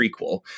prequel